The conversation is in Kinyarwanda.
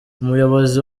umuyobozi